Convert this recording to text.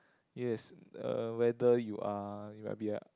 yes uh whether you are